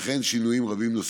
וכן שינויים רבים נוספים.